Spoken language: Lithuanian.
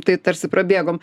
tai tarsi prabėgom